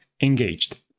engaged